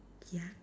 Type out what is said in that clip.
ya